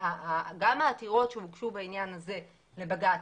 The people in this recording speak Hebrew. גם העתירות שהוגשו בעניין הזה לבג"ץ,